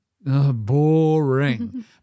boring